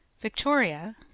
victoria